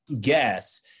guess